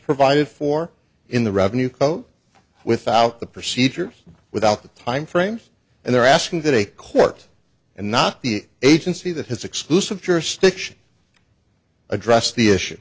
provided for in the revenue code without the procedures without the timeframes and they're asking that a court and not the agency that has exclusive jurisdiction address the issue